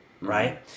right